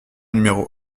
numéro